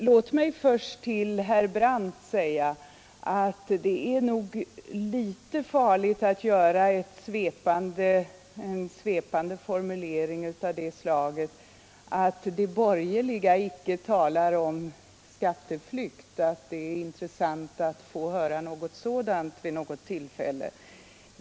Låt mig till herr Brandt få säga att det nog är litet farligt att göra en svepande formulering av det slaget, att det är intressant att få höra de borgerliga tala om skatteflykt vid något tillfälle.